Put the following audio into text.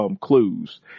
Clues